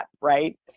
right